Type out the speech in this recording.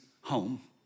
home